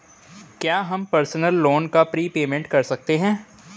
क्या हम personal loan का प्रीपेमेंट कर सकते हैं?